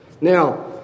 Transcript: Now